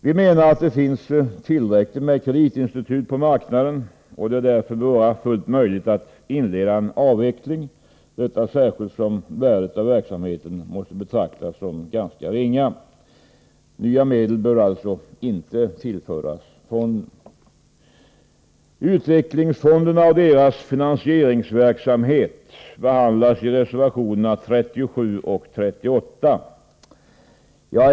Vi menar att det finns tillräckligt med kreditinstitut på marknaden och att det därför bör vara fullt möjligt att inleda en avveckling, detta särskilt som värdet av verksamheten måste betraktas som ganska ringa. Nya medel bör alltså inte tillföras fonden. Utvecklingsfonderna och deras finansieringsverksamhet behandlas i reservationerna 37 och 38.